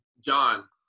John